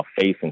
facing